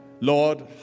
Lord